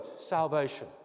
salvation